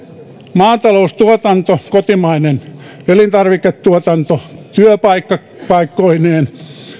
maataloustuotanto kotimainen elintarviketuotanto työpaikkoineen